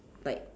like